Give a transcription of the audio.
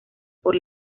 por